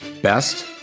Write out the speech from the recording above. Best